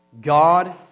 God